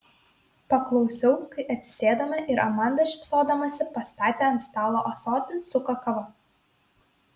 paklausiau kai atsisėdome ir amanda šypsodamasi pastatė ant stalo ąsotį su kakava